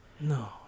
no